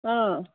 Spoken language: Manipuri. ꯑꯥ